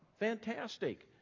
Fantastic